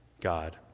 God